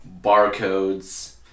barcodes